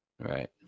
Right